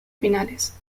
finales